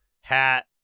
hat